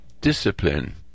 discipline